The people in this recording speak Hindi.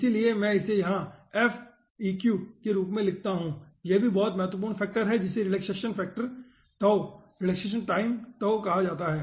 इसलिए कि मैं इसे यहाँ के रूप में लिखता है यह भी बहुत महत्वपूर्ण फैक्टर है जिसे रिलैक्सेशन फैक्टर रिलैक्सेशन टाइम कहा जाता है